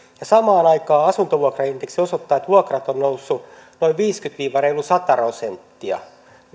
ja samaan aikaan asuntovuokraindeksi osoittaa että vuokrat ovat nousseet noin viisikymmentä reilu sata prosenttia